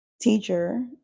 teacher